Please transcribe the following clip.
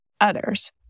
others